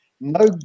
No